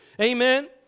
Amen